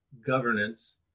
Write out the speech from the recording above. governance